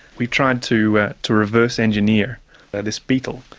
we tried to to reverse engineer this beetle,